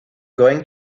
going